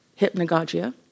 Hypnagogia